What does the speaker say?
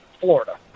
Florida